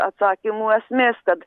atsakymų esmės kad